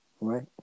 Right